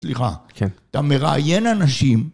סליחה. כן. אתה מראיין אנשים...